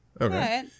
okay